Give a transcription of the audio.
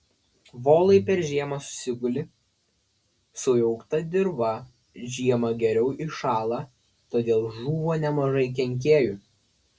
volai per žiemą susiguli sujaukta dirva žiemą geriau įšąla todėl žūva nemažai kenkėjų